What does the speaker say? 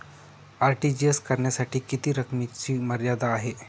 RTGS करण्यासाठी किती रकमेची मर्यादा आहे?